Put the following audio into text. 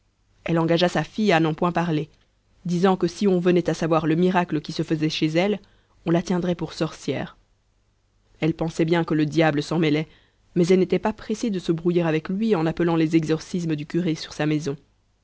elle engagea sa fille à n'en point parler disant que si on venait à savoir le miracle qui se faisait chez elle on la tiendrait pour sorcière elle pensait bien que le diable s'en mêlait mais elle n'était pas pressée de se brouiller avec lui en appelant les exorcismes du curé sur sa maison